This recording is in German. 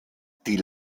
die